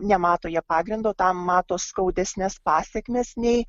nemato jie pagrindo tam mato skaudesnes pasekmes nei